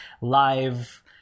live